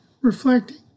reflecting